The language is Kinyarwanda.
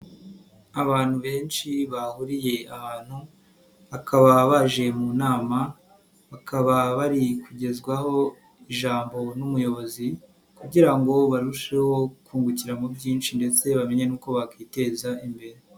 Abantu benshi bahuriye ahantu bakaba baje mu nama, bakaba bari kugezwaho ijambo n'umuyobozi kugira ngo barusheho kungukira muri byinshi ndetse bamenye nuko bakiteza imbere.